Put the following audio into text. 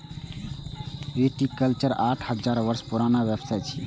viticulture आठ हजार वर्ष पुरान व्यवसाय छियै